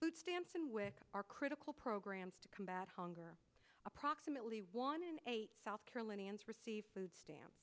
food stamps and with our critical programs to combat hunger approximately one in eight south carolinians receive food stamps